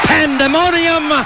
Pandemonium